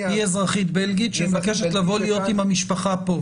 היא אזרחית בלגית שמבקשת להיות עם המשפחה פה?